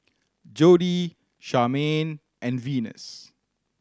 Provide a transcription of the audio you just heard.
Jodie Charmaine and Venus